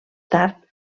tard